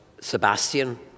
Sebastian